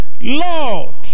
Lord